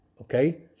Okay